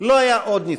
לא היה עוד ניצחון,